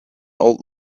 old